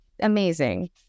amazing